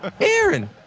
Aaron